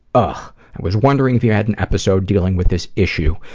but was wondering if you had an episode dealing with this issue,